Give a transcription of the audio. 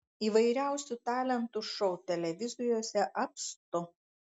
įvairiausių talentų šou televizijose apstu